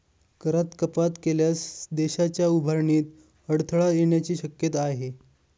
करात कपात केल्यास देशाच्या उभारणीत अडथळा येण्याची शक्यता आहे